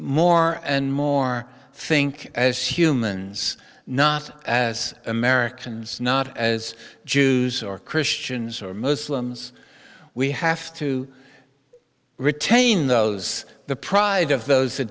more and more think as humans not as americans not as jews or christians or muslims we have to retain those the pride of those